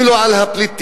אם לא על הפליטים,